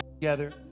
together